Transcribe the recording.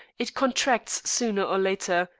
it contracts sooner or later.